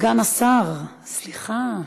סגן השר, סליחה,